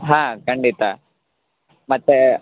ಹಾಂ ಖಂಡಿತ ಮತ್ತು